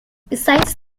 besides